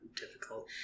difficult